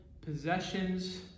possessions